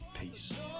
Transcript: Peace